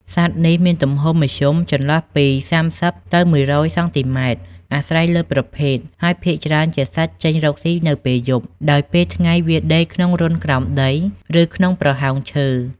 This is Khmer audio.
សត្វនេះមានទំហំមធ្យម ចន្លោះពី ៣០ ទៅ ១០០ សង់ទីម៉ែត្រ អាស្រ័យលើប្រភេទ ហើយភាគច្រើនជា សត្វចេញរកស៊ីនៅពេលយប់ ដោយពេលថ្ងៃវាដេកក្នុងរន្ធក្រោមដី ឬក្នុងប្រហោងឈើ។